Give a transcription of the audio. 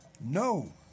No